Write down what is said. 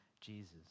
Jesus